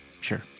Sure